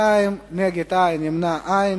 בעד 32, אין מתנגדים ואין נמנעים.